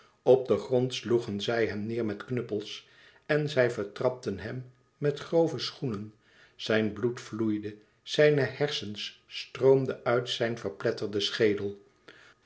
op den grond sloegen zij hem neêr met knuppels en zij vertrapten hem met grove schoenen zijn bloed vloeide zijne hersens stroomden uit zijn verpletterden schedel